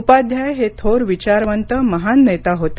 उपाध्याय हे थोर विचारवंत महान नेता होते